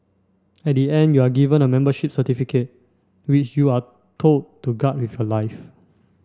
at the end you are given a membership certificate which you are told to guard with your life